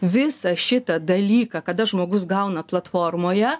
visą šitą dalyką kada žmogus gauna platformoje